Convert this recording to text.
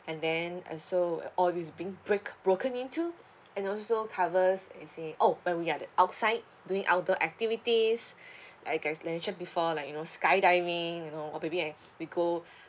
and then uh so or is being break broken into and also covers as in oh when we're at outside doing outdoor activities like I mentioned before like you know sky dining you know or maybe and we go